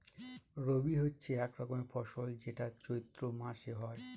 রবি হচ্ছে এক রকমের ফসল যেটা চৈত্র মাসে হয়